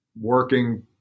working